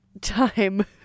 time